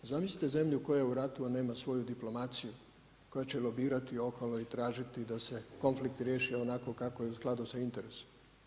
Zamislite zemlju koja je u ratu, a nema svoju diplomaciju koja će lobirati okolo i tražiti da se konflikti riješe onako kako je u skladu sa interesom.